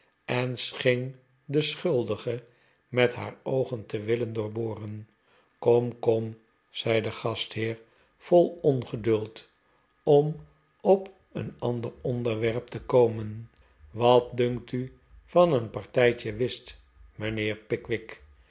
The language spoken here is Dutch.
en scheen den schuldige met haar oogen te willen doorboren r koni r kom zei de gastheer vol ongeduld om op een ander onderwerp te komen wat dunkt u van een partijtje whist mijnheer pickwick